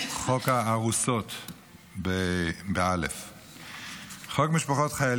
זאת הצעת חוק פרטית של חבר הכנסת אופיר כץ וחברי כנסת רבים אחרים,